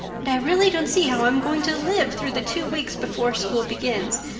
and i really don't see how i'm going to live through the two weeks before school begins.